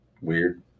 Weird